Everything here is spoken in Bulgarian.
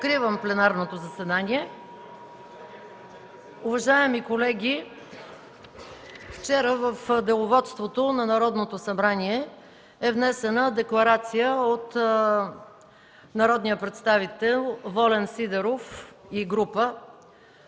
Откривам пленарното заседание. Уважаеми колеги, вчера в Деловодството на Народното събрание е внесена декларация от народния представител Волен Сидеров и група